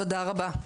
תודה רבה,